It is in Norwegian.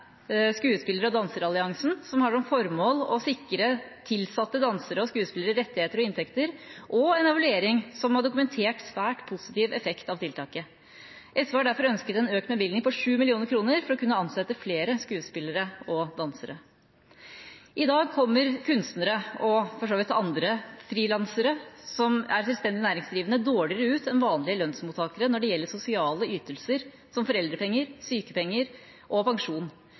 og danseralliansen, som har som formål å sikre tilsatte dansere og skuespillere rettigheter og inntekter. En evaluering har dokumentert en svært positiv effekt av tiltaket. SV har derfor ønsket en bevilgning på 7 mill. kr for å kunne ansette flere skuespillere og dansere. I dag kommer kunstnere, for så vidt også andre frilansere som er selvstendig næringsdrivende, dårligere ut enn vanlige lønnsmottakere når det gjelder sosiale ytelser som foreldrepenger, sykepenger og pensjon.